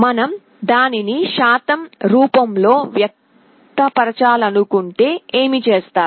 మనం దానిని శాతం రూపం లో వ్యక్తపరచాలనుకుంటే ఏమి చేస్తారు